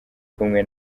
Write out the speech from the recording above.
kumwe